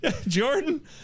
Jordan